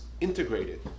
integrated